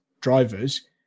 drivers